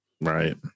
Right